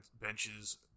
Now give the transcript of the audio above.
benches